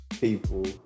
people